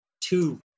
two